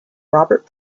robert